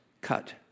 cut